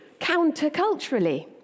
counterculturally